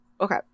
Okay